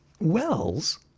Wells